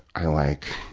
ah like